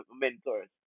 mentors